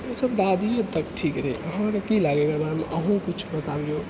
ई सभ दादिये तऽ ठीक रहै अहाँके की लागैए एकरा बारेमे अहुँ कुछ बताबियौ